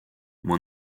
moi